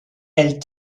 elle